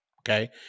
Okay